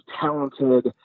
talented